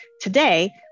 Today